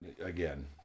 again